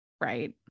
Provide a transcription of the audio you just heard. right